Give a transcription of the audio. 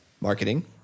marketing